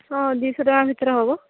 ହଁ ଦୁଇଶହ ଟଙ୍କା ଭିତରେ ହେବ